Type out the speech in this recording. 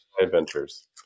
adventures